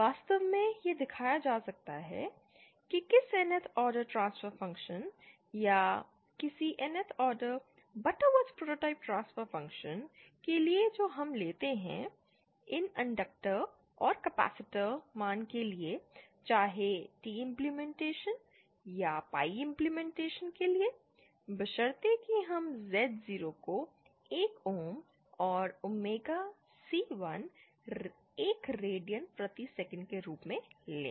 वास्तव में यह दिखाया जा सकता है कि किसी Nth ऑर्डर ट्रांसफर फ़ंक्शन या किसी Nth order Butterworth prototype transfer function के लिए जो हम लेते हैं इन इंडक्टर और कैपेसिटर मान के लिए चाहे T इमप्लीमेनटेशन या पाई इमप्लीमेनटेशन के लिए बशर्ते कि हम Z0 को 1 ओम और ओमेगा C1 रेडियन प्रति सेकंड के रूप में लें